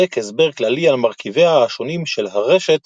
מספק הסבר כללי על מרכיביה השונים של הרשת